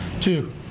Two